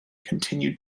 continued